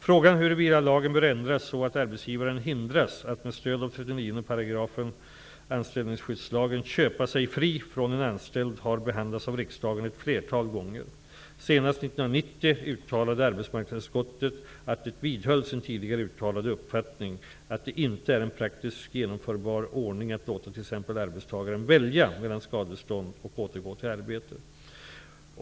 Frågan huruvida lagen bör ändras så att arbetsgivaren hindras att med stöd av 39 § anställningsskyddslagen köpa sig fri från en anställd har behandlats av riksdagen ett flertal gånger. Senast 1990 uttalade arbetsmarknadsutskottet att det vidhöll sin tidigare uttalade uppfattning, att det inte är en praktiskt genomförbar ordning att låta t.ex. arbetstagaren välja mellan skadestånd och att återgå till arbetet.